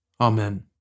Amen